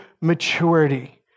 maturity